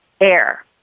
air